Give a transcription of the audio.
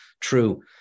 true